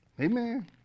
Amen